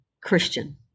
Christian